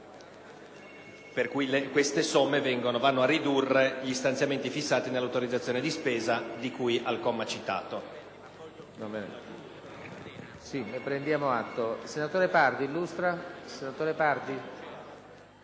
Queste somme vanno a ridurre gli stanziamenti fissati nell'autorizzazione di spesa, di cui al comma citato.